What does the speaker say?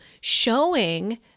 showing